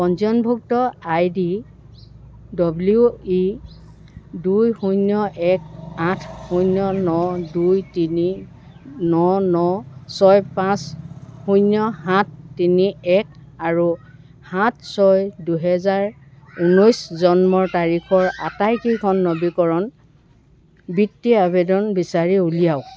পঞ্জীয়নভুক্ত I D W E দুই শূন্য এক আঠ শূন্য ন দুই তিনি ন ন ছয় পাঁচ শূন্য সাত তিনি এক আৰু সাত ছয় দুহেজাৰ ঊনৈছ জন্মৰ তাৰিখৰ আটাইকেইখন নৱীকৰণ বৃত্তিৰ আৱেদন বিচাৰি উলিয়াওক